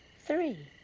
three.